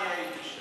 אני הייתי שם.